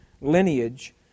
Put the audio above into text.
lineage